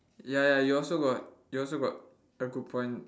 ya ya you also got you also got a good point